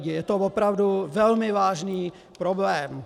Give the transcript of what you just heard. Je to opravdu velmi vážný problém.